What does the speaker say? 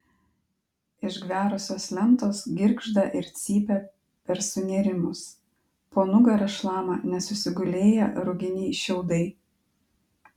išgverusios lentos girgžda ir cypia per sunėrimus po nugara šlama nesusigulėję ruginiai šiaudai